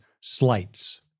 slights